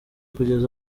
kugeza